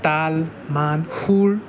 তাল মান সুৰ